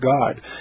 God